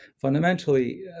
Fundamentally